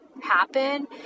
happen